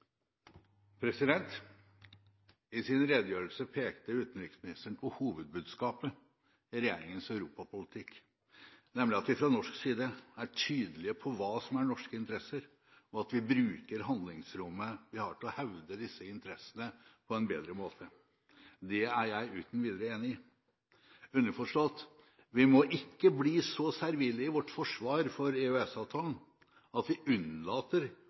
I sin redegjørelse pekte utenriksministeren på hovedbudskapet i regjeringens europapolitikk, nemlig at vi fra norsk side er tydelige på hva som er norske interesser, og at vi bruker handlingsrommet vi har til å hevde disse interessene på en bedre måte. Det er jeg uten videre enig i – underforstått: Vi må ikke bli så servile i vårt forsvar for EØS-avtalen at vi unnlater